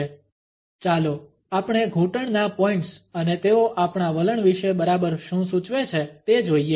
ચાલો આપણે ઘૂંટણના પોઈંટ્સ અને તેઓ આપણા વલણ વિશે બરાબર શું સૂચવે છે તે જોઈએ